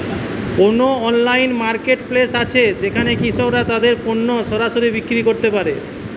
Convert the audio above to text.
কোন online marketplace আছে যেখানে কৃষকরা তাদের পণ্য সরাসরি বিক্রি করতে পারে?